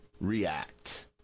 react